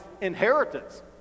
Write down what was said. inheritance